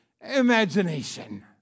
imagination